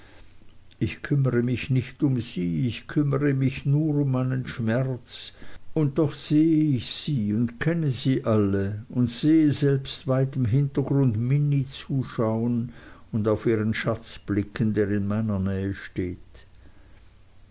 ich kümmere mich nicht um sie ich kümmere mich nur um meinen schmerz und doch sehe ich sie und kenne sie alle und sehe selbst weit im hintergrund minnie zuschauen und auf ihren schatz blicken der in meiner nähe steht